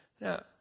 Now